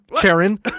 Karen